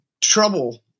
trouble